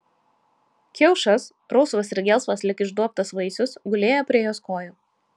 kiaušas rausvas ir gelsvas lyg išduobtas vaisius gulėjo prie jos kojų